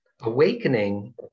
awakening